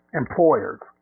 employers